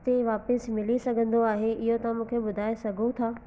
ते वापसि मिली सघंदो आहे इहो तव्हां मूंखे ॿुधाए सघो था